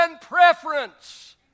preference